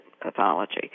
pathology